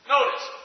Notice